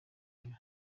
ntera